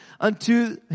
unto